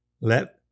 let